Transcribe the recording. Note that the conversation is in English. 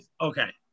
Okay